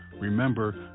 Remember